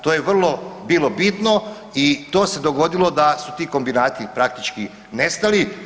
To je vrlo bilo bitno i to se dogodilo da su ti kombinati praktički nestali.